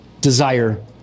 desire